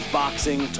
boxing